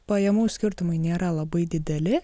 pajamų skirtumai nėra labai dideli